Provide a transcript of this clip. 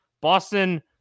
Boston